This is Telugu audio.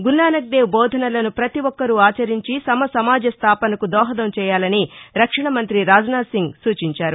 గురునానక్ దేవ్ బోధనలను పతి ఒక్కరూ ఆచరించి సమ సమాజ స్థాపనకు దోహదం చేయాలని రక్షణ మంత్రి రాజనాధ్ సింగ్ సూచించారు